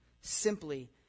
simply